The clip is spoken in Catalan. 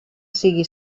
siga